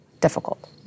Difficult